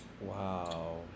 Wow